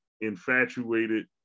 infatuated